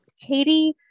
Katie